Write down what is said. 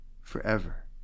forever